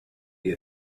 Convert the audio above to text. you